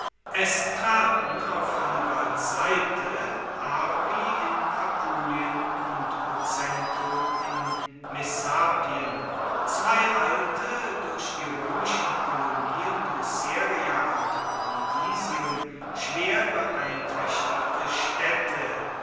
es traten auf hannibals seite arpi in apulien und uzentum in messapien zwei alte durch die roemischen kolonien luceria und brundisium schwer beeintraechtigte staedte